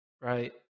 right